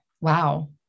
wow